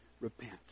repent